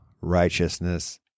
righteousness